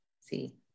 See